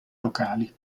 locali